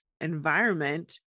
environment